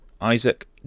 Isaac